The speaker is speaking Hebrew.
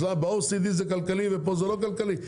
ב-OECD זה כלכלי ופה זה לא כלכלי?